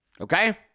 Okay